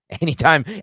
Anytime